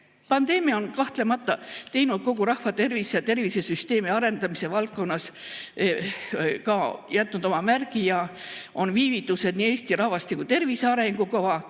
Pandeemia on kahtlemata kogu rahvatervise ja tervisesüsteemi arendamise valdkonnas jätnud oma märgi ja on viivitused nii Eesti rahvastiku tervise arengukava,